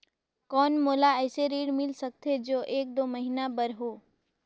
कौन मोला अइसे ऋण मिल सकथे जो एक दो महीना बर हो?